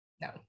no